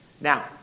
Now